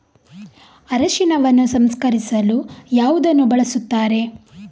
ಅರಿಶಿನವನ್ನು ಸಂಸ್ಕರಿಸಲು ಯಾವುದನ್ನು ಬಳಸುತ್ತಾರೆ?